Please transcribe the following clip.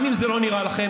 גם אם זה לא נראה לכם,